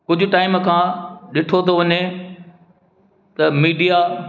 कुझु टाइम खां ॾिठो थो वञे त मीडिया